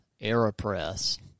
AeroPress